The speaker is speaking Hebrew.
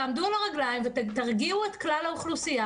תעמדו על הרגליים ותרגיעו את כלל האוכלוסייה,